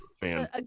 fan